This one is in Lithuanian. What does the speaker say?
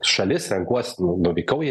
šalis renkuosi nuvykau į